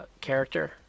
Character